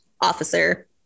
officer